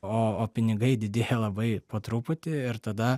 o o pinigai didėja labai po truputį ir tada